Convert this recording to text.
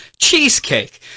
cheesecake